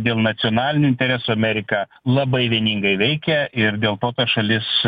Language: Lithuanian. dėl nacionalinių interesų amerika labai vieningai veikia ir dėl to šalis